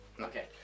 okay